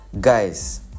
guys